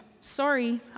sorry